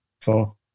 four